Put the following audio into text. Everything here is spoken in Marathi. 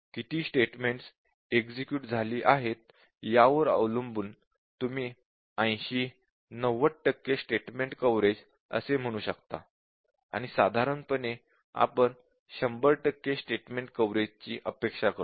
किती स्टेटमेंटस एक्झिक्युट झाली आहेत यावर अवलंबून तुम्ही 80 90 टक्के स्टेटमेंट कव्हरेज असे म्हणू शकता आणि साधारणपणे आपण 100 टक्के स्टेटमेंट कव्हरेजची अपेक्षा करतो